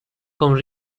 con